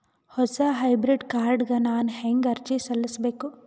ಹೊಸ debit card ಗ ನಾನು ಹೆಂಗ ಅರ್ಜಿ ಸಲ್ಲಿಸಬೇಕು?